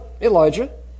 Elijah